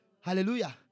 Hallelujah